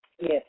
Yes